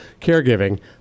caregiving